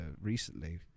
recently